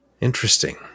Interesting